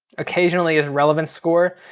occasionally is relevance score.